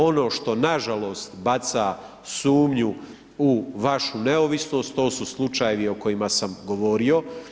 Ono što nažalost baca sumnju u vašu neovisnost, to su slučajevi o kojima sam govorio.